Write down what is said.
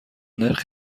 نرخ